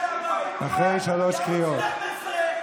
כי ערוץ 12,